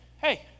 Hey